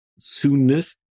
soonish